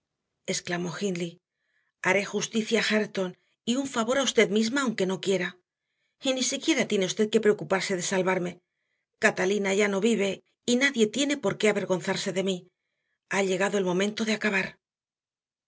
exclamó hindley haré justicia a hareton y un favor a usted misma aunque no quiera y ni siquiera tiene usted que preocuparse de salvarme catalina ya no vive y nadie tiene por qué avergonzarse de mí ha llegado el momento de acabar